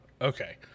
Okay